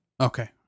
Okay